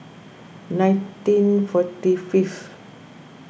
nineteen forty fifth